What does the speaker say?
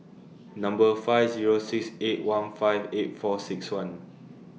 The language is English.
Number five Zero six eight one five eight four six one